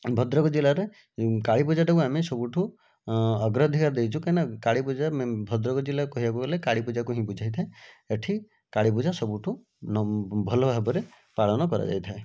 ଭଦ୍ରକ ଜିଲ୍ଲାରେ କାଳୀପୂଜାକୁ ଆମେ ସବୁଠୁ ଆଗ୍ରାଧି ଦେଇଛି କାହିଁନା ଭଦ୍ରକ ଜିଲ୍ଲା କହିଲେ କାଳୀପୂଜାକୁ ବୁଝାଇଥାଏ ଏଠି କାଳୀପୂଜା ସବୁଠୁ ଭଲ ଭାବରେ ପାଳନ କରାଯାଇଥାଏ